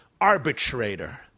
arbitrator